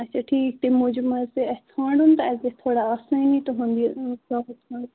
اَچھا ٹھیٖک تمہِ موٗجوٗب ما حظ پے اَسہِ ژھانٛڈُن تہٕ اَسہِ گَژھِ تھوڑا آسٲنی تُنٛد یُن